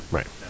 Right